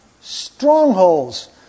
strongholds